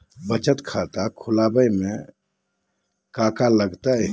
बचत खाता खुला बे में का का लागत?